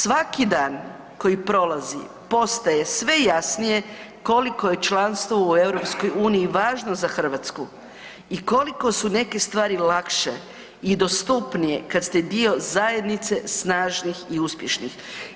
Svaki dan koji prolazi postaje sve jasnije koliko je članstvo u EU važno za Hrvatsku i koliko su neke stvari lakše i dostupnije kad ste dio zajednice snažnih i uspješnih.